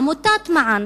עמותת "מען"